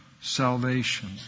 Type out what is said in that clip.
salvation